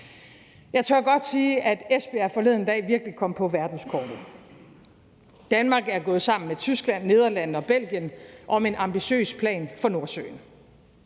Jeg tør godt sige, at Esbjerg forleden dag virkelig kom på verdenskortet. Danmark er gået sammen med Tyskland, Nederlandene og Belgien om en ambitiøs plan for Nordsøen.